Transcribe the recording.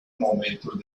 momentos